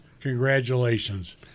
congratulations